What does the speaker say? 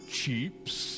cheaps